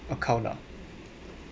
account ah